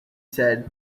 said